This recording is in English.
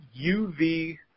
UV